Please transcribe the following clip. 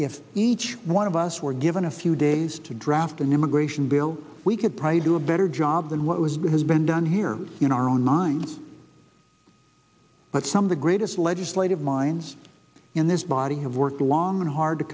if each one of us were given a few days to draft an immigration bill we could probably do a better job than what was because been done here in our own mind but some of the greatest legislative minds in this body have worked long and hard to